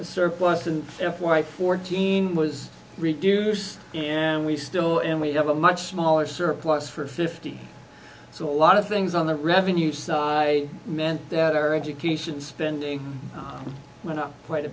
in f y fourteen was reduced and we still and we have a much smaller surplus for fifty so a lot of things on the revenue side meant that our education spending went up quite a